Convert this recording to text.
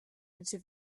into